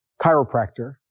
chiropractor